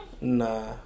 Nah